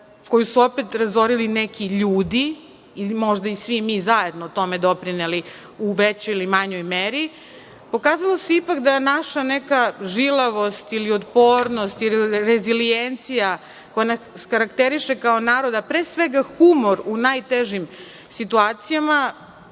koju su opet razorili neki ljudi, možda i svi mi zajedno tome doprineli u većoj ili manjoj meri, pokazalo se ipak da naša neka žilavost ili otpornost ili rezilijencija koja nas karakteriše kao narod, a pre svega humor u najtežim situacijama